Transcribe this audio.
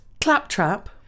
claptrap